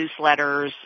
newsletters